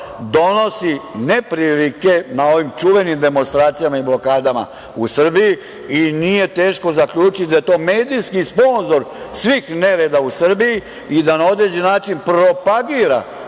donosi neprilike na ovim čuvenim demonstracijama i blokadama u Srbiji i nije teško zaključiti da je to medijski sponzor svih nereda u Srbiji i da na određen način propagira